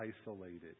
isolated